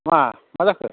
मा मा जाखो